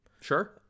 Sure